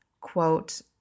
quote